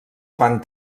fan